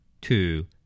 Two